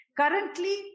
Currently